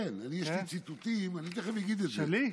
כן, אני, יש לי ציטוטים, אני תכף אגיד את זה, שלי?